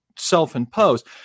self-imposed